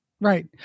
right